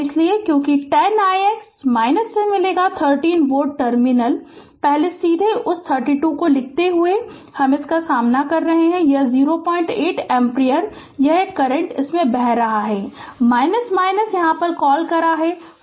इसलिए क्योंकि 10 ix -से मिलेगा 30 वोल्ट टर्मिनल पहले सीधे उस 32 को लिखते हुए सामना कर रहा है और यह 08 एम्पीयर यह करंट इसमें से बह रहा है क्या कॉल करेगा 40 08